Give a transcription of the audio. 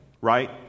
right